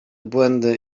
błędy